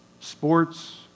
sports